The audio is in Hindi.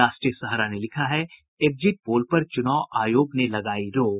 राष्ट्रीय सहारा ने लिखा है एक्जिट पोल पर चुनाव आयोग ने लगायी रोक